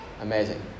amazing